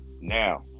Now